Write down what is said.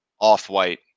off-white